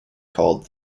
called